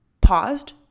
paused